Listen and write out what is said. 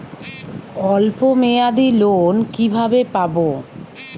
অল্প মেয়াদি লোন কিভাবে পাব?